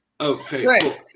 Okay